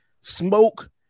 smoke